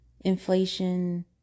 inflation